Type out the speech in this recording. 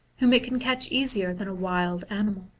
whom it can catch easier than a wild animal.